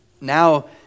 Now